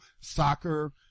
soccer